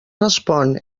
respon